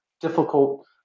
difficult